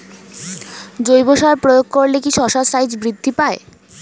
জৈব সার প্রয়োগ করলে কি শশার সাইজ বৃদ্ধি পায়?